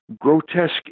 grotesque